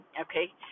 Okay